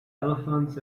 elephants